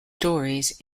stories